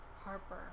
Harper